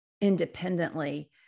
independently